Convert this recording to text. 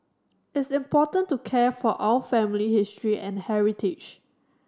it's important to care for our family history and heritage